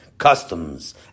Customs